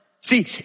See